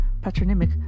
patronymic